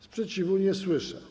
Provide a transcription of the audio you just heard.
Sprzeciwu nie słyszę.